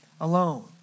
alone